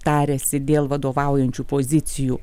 tariasi dėl vadovaujančių pozicijų